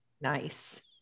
Nice